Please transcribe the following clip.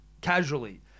casually